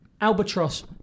Albatross